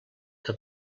que